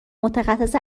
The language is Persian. متخصص